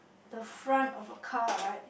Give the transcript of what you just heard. the front of a car right